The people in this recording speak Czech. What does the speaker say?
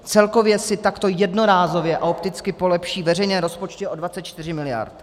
Celkově si takto jednorázově a opticky polepší veřejné rozpočty o 24 mld.